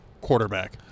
quarterback